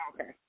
Okay